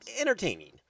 entertaining